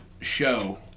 show